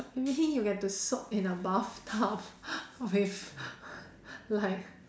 imagine you get to soak in a bathtub with like